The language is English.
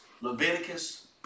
Leviticus